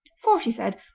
for she said,